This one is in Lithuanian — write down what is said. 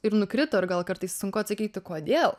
ir nukrito ir gal kartais sunku atsakyti kodėl